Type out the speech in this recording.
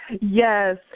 Yes